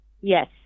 Yes